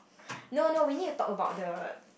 no no we need to talk about other